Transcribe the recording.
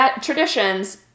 traditions